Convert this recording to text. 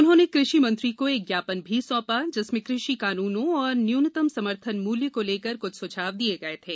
उन्होंने कृषि मंत्री को एक ज्ञापन भी सौंपा जिसमें कृषि कानूनों और न्यू नतम समर्थन मूल्य को लेकर कृष्ठ सुझाव दिए गए थे